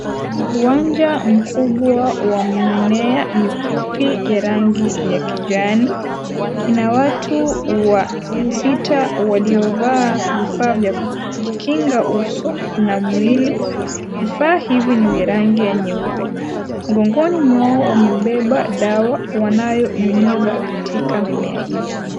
Uwanja mkubwa wa mimea mifupi ya rangi ya kijani, kuna watu wasita waliovaa vifaa vya kujikinga uso na mwili, vifaa hivi na vya rangi ya nyeupe. Mgongoni mwao wamebeba dawa wanayonyunyiza katika mimea hizi.